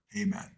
Amen